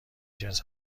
جنس